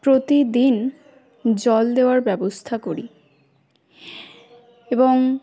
প্রতিদিন জল দেওয়ার ব্যবস্থা করি এবং